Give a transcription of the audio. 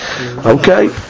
Okay